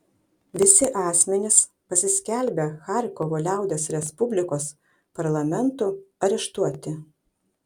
visi asmenys pasiskelbę charkovo liaudies respublikos parlamentu areštuoti